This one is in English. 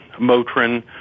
Motrin